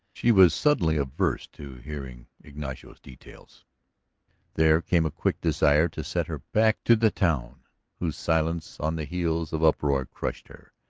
she was suddenly averse to hearing ignacio's details there came a quick desire to set her back to the town whose silence on the heels of uproar crushed her.